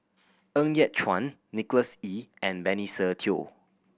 Ng Yat Chuan Nicholas Ee and Benny Se Teo